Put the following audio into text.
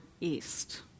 east